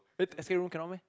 wait escape room cannot meh